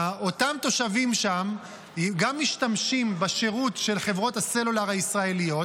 אותם תושבים שם גם משתמשים בשירות של חברות הסלולר הישראליות,